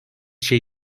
şey